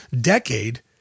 decade